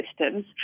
systems